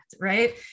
right